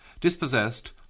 Dispossessed